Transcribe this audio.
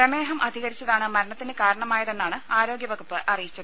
പ്രമേഹം അധികരിച്ചതാണ് മരണത്തിന് കാരണമായതെന്ന് ആരോഗ്യ വകുപ്പ് അറിയിച്ചു